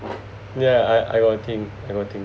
yeah I I got think I got think